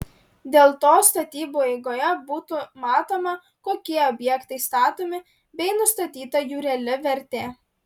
dėl to statybų eigoje būtų matoma kokie objektai statomi bei nustatyta jų reali vertė